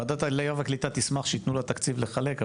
ועדת העלייה והקליטה תשמח שיתנו לה תקציב לחלק,